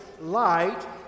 light